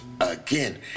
again